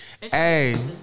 Hey